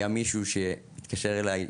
היה מישהו שהתקשר אליי,